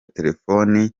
telefone